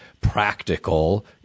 practical